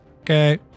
Okay